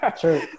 True